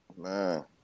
Man